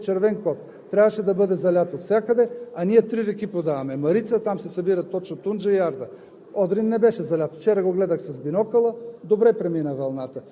Имаше червен код за Одрин. За Одрин, според метеорологичната обстановка, беше червен код, трябваше да бъде залят отвсякъде, а ние три реки подаваме. Марица – там се събират точно Тунджа и Арда.